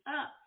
up